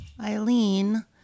Eileen